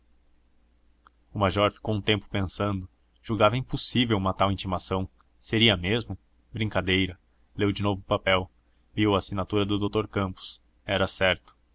o major ficou um tempo pensando julgava impossível uma tal intimação seria mesmo brincadeira leu de novo o papel viu a assinatura do doutor campos era certo